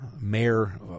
mayor